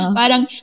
parang